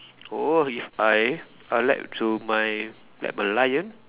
oh if I I like to my like Merlion